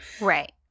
Right